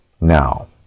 Now